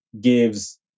gives